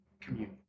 communion